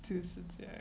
就是这样